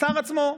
השר עצמו.